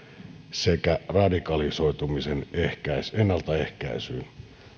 sekä radikalisoitumisen ennaltaehkäisyyn